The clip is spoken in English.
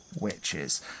witches